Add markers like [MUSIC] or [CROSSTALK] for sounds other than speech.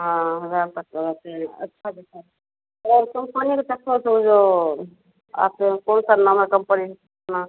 हाँ रैंपर तो आते हैं अच्छा [UNINTELLIGIBLE] और कम्पनी के चप्पल तो जो आते हैं कौन सा नवा कम्पनी अपना